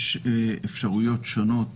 יש אפשרויות שונות